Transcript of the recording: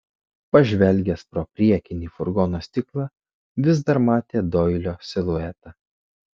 pažvelgęs pro priekinį furgono stiklą vis dar matė doilio siluetą